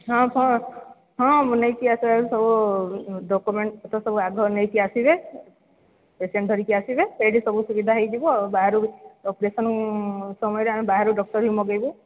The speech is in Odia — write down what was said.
ହଁ କହ ହଁ ନେଇକି ଆସ ସବୁ ଡକ୍ୟୁମେଣ୍ଟ ପତ୍ର ସବୁ ଆଗ ନେଇକି ଆସିବେ ପେସେଣ୍ଟ୍ ଧରିକି ଆସିବେ ସେଇଠି ସବୁ ସୁବିଧା ହୋଇଯିବ ବାହାରୁ ଅପରେସନ୍ ସମୟରେ ଆମେ ବାହାରୁ ଡକ୍ଟର ହିଁ ମଗେଇବୁ